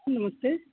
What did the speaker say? जी नमस्ते